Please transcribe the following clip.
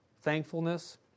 thankfulness